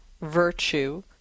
virtue